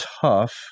Tough